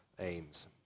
aims